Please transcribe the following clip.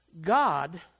God